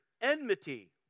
enmity